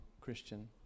Christian